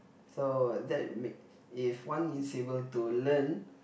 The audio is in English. so that make if one is able to learn